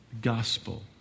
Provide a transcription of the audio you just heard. gospel